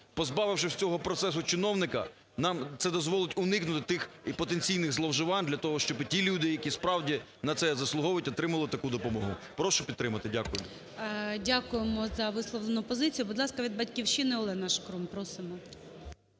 позбавивши цього процесу чиновника, нам це дозволить уникнути тих потенційних зловживань для того, щоби ті люди, які справді на це заслуговують, отримували таку допомогу. Прошу підтримати. Дякую. ГОЛОВУЮЧИЙ. Дякуємо за висловлену позицію. Будь ласка, від "Батьківщини" ОленаШкрум. Просимо.